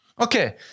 Okay